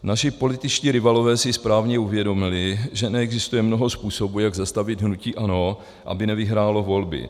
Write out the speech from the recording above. Naši političtí rivalové si správně uvědomili, že neexistuje mnoho způsobů, jak zastavit hnutí ANO, aby nevyhrálo volby.